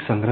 है